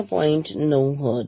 9 hertz